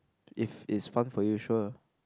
if it's fun for you sure